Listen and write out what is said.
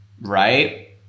right